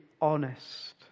honest